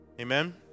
Amen